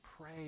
pray